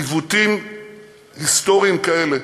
עיוותים היסטוריים כאלה